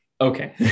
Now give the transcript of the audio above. Okay